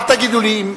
אל תגידו לי,